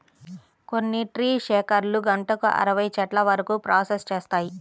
కొన్ని ట్రీ షేకర్లు గంటకు అరవై చెట్ల వరకు ప్రాసెస్ చేస్తాయి